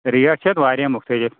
rate چھَ اَتھ واریاہ مُختلف